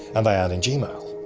and they aren't in gmail.